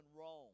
wrong